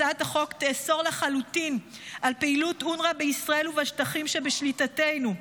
הצעת החוק תאסור לחלוטין על פעילות אונר"א בישראל ובשטחים שבשליטתנו,